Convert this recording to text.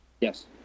Yes